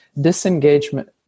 disengagement